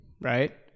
right